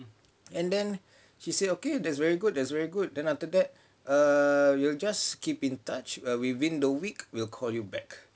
and then she said okay that's very good that's very good then after that err we'll just keep in touch err within the week we'll call you back